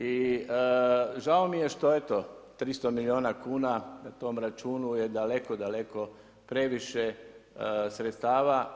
I žao mi je što eto 300 milijuna kuna na tom računu je daleko, daleko previše sredstava.